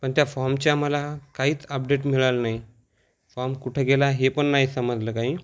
पण त्या फॉर्मच्या आम्हाला काहीच अपडेट मिळाल नाही फॉर्म कुठे गेला हे पण नाही समजलं काही